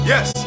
Yes